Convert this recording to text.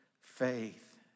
faith